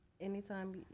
Anytime